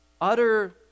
Utter